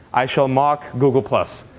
i shall mock google plus.